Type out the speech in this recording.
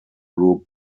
group